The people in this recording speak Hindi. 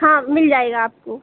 हाँ मिल जाएगा आपको